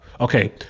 Okay